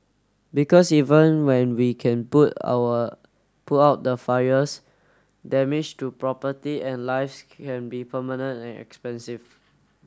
because even when we can put our put out the fires damage to property and lives can be permanent and expensive